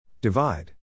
Divide